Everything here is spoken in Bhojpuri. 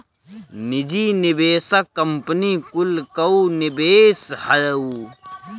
निजी निवेशक कंपनी कुल कअ निवेश हअ